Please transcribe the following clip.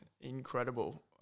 incredible